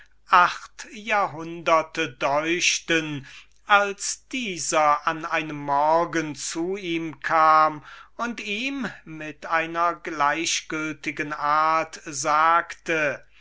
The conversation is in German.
achthundert jahre dauchten als dieser an einem morgen zu ihm kam und mit einer gleichgültigen art zu ihm sagte